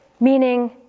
Meaning